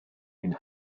ein